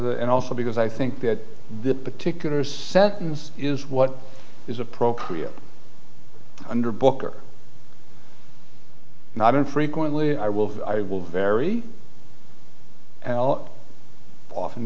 break and also because i think that the particular sentence is what is appropriate under booker not unfrequently i will i will very al often